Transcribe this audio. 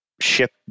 ship